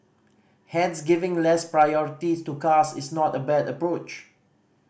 Hence giving less priority to cars is not a bad approach